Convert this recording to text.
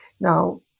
Now